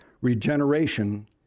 regeneration